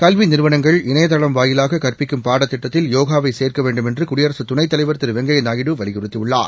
கல்வி நிறுவனங்கள் இணையதளம் வாயிலாக கற்பிக்கும் பாடத்திட்டத்தில் யோகாவை சேர்க்க வேண்டுமென்று குடியரசு துணைத் தலைவர் திரு வெங்கையா நாயுடு வலியுறுத்தியுள்ளார்